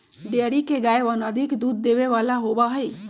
dairy के गायवन अधिक दूध देवे वाला होबा हई